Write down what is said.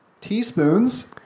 teaspoons